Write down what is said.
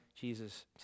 Jesus